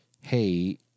hey